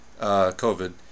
COVID